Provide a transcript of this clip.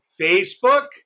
Facebook